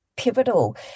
Pivotal